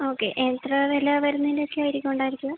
okay എത്ര വില വരുന്നതിൻ്റെ ഒക്കെ ആയിരിക്കും ഉണ്ടായിരിക്കുക